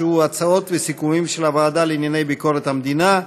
שהוא הצעות וסיכומים של הוועדה לענייני ביקורת המדינה,